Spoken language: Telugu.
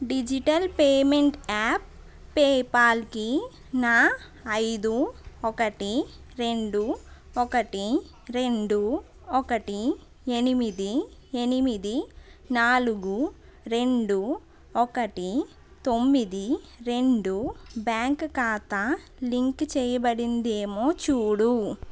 డిజిటల్ పేమెంట్ యాప్ పేపాల్కి నా ఐదు ఒకటి రెండు ఒకటి రెండు ఒకటి ఎనిమిది ఎనిమిది నాలుగు రెండు ఒకటి తొమ్మిది రెండు బ్యాంక్ ఖాతా లింకు చేయబడిందేమో చూడుము